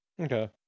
Okay